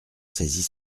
saisit